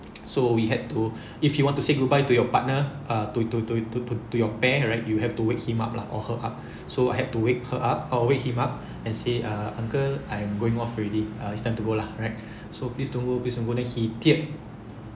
so we had to if you want to say goodbye to your partner uh to to to to to to your pair right you have to wake him up lah or her up so I had to wake her up or wake him up and say uh uncle I'm going off already uh it's time to go lah right so please don't go please don't go next he teared